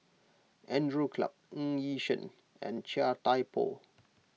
Andrew Clarke Ng Yi Sheng and Chia Thye Poh